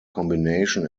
combination